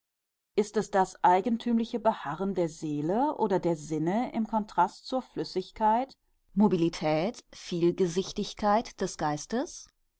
ist es das eigentümliche beharren der seele oder der sinne im kontrast zur flüssigkeit mobilität vielgesichtigkeit des geistes